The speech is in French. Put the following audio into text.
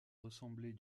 ressembler